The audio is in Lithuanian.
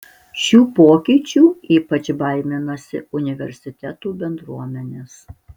šių pokyčių ypač baiminasi universitetų bendruomenės